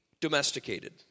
domesticated